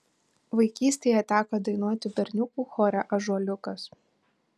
vaikystėje teko dainuoti berniukų chore ąžuoliukas